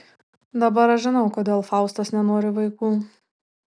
dabar aš žinau kodėl faustas nenori vaikų